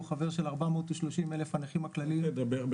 הוא גם חבר של 430,000 הנכים הכלליים ובני משפחותיהם.